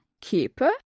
Keeper